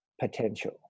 potential